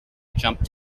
jumped